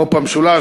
מו"פ המשולש,